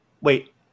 Wait